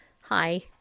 hi